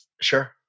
Sure